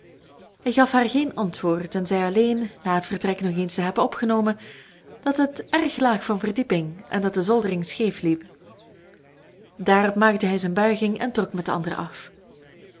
hij gaf haar geen antwoord en zei alleen na het vertrek nog eens te hebben opgenomen dat het erg laag van verdieping en dat de zoldering scheef liep daarop maakte hij zijn buiging en trok met de anderen af